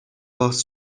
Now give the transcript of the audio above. باز